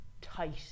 tight